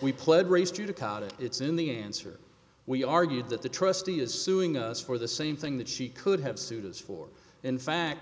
we pled race judicata it's in the answer we argued that the trustee is suing us for the same thing that she could have sued us for in fact